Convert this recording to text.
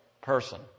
person